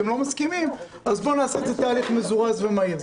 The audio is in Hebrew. אתם לא מסכימים אז נעשה תהליך מזורז ומהיר.